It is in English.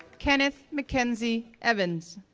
kenneth mackenzie evans,